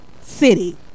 City